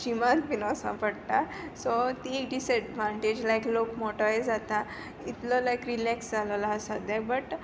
जिमांत बीन वोसो पडटा सो ती एक लायक डिसएडवानटेज लायक लोक मोटोय जाता इतलो लायक रिलॅक्स जालेलो आसा सद्द्या बट